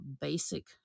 basic